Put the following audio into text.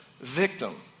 victim